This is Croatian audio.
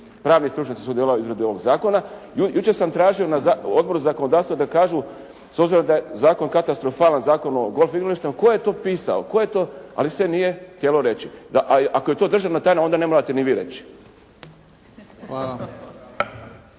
pravni stručnjaci sudjelovali u izradi ovog zakona. Jučer sam na tražio na Odboru za zakonodavstvo da kažu, s obzirom da je zakon katastrofalan Zakon o poljoprivrednom zemljištu, tko je to pisao, tko je to, ali se nije htjelo reći. Ali ako je to državna tajna, onda ne morate ni vi reći.